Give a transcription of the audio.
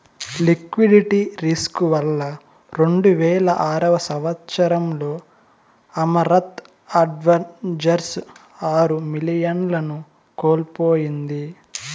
liquidity risk వల్ల రెండువేల ఆరవ సంవచ్చరంలో అమరత్ అడ్వైజర్స్ ఆరు మిలియన్లను కోల్పోయింది